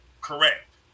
Correct